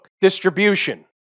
distribution